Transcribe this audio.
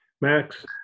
Max